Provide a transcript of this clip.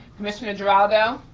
commissioner geraldo.